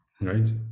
right